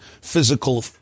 physical